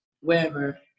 wherever